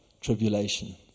tribulation